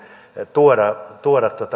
tuoda tuoda